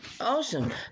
awesome